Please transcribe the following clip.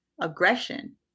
aggression